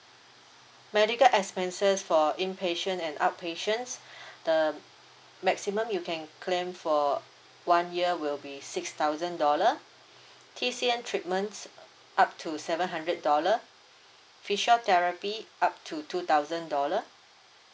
medical expenses for inpatient and outpatients the maximum you can claim for one year will be six thousand dollar T_C_M treatments up to seven hundred dollar physiotherapy up to two thousand dollar